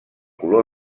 color